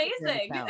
amazing